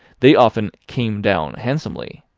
they often came down handsomely,